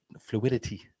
fluidity